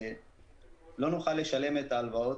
לא נוכל לשלם את ההלוואות,